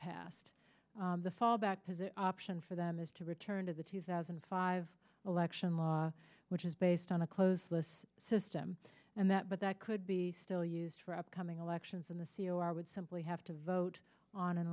passed the fallback position option for them is to return to the two thousand and five election law which is based on the close this system and that but that could be still used for upcoming elections in the c r would simply have to vote on an